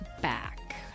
back